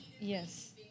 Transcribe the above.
Yes